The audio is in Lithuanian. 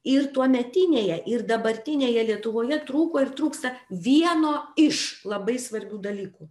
ir tuometinėje ir dabartinėje lietuvoje trūko ir trūksta vieno iš labai svarbių dalykų